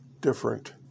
different